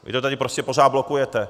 Vy to tady prostě pořád blokujete.